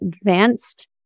Advanced